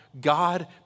God